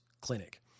clinic